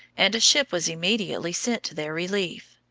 and a ship was immediately sent to their relief.